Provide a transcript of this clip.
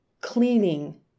cleaning